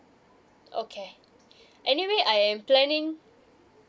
okay anyway I am planning